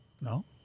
No